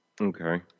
Okay